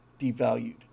devalued